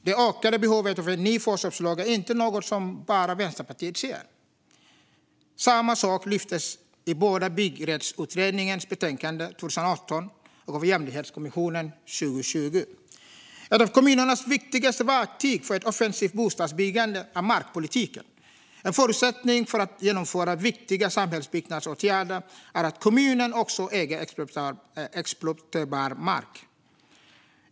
Det ökade behovet av en ny förköpslag är inte något som bara Vänsterpartiet ser, utan samma sak lyftes fram både i Byggrättsutredningens betänkande från 2018 och av Jämlikhetskommissionen 2020. Ett av kommunernas viktigaste verktyg för ett offensivt bostadsbyggande är markpolitiken. En förutsättning för möjligheten att genomföra viktiga samhällsbyggnadsåtgärder är att kommunen också äger exploaterbar mark.